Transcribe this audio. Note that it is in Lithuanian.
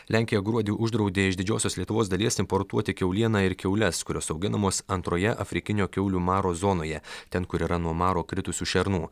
lenkija gruodį uždraudė iš didžiosios lietuvos dalies importuoti kiaulieną ir kiaules kurios auginamos antroje afrikinio kiaulių maro zonoje ten kur yra nuo maro kritusių šernų